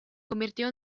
convirtió